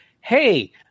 Hey